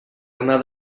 anar